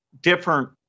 different